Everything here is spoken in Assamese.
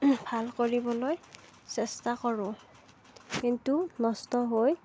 ভাল কৰিবলৈ চেষ্টা কৰোঁ কিন্তু নষ্ট হৈ